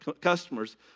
customers